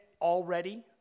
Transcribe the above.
already